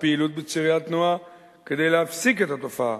פעילות בצירי התנועה כדי להפסיק את התופעה.